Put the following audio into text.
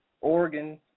Oregon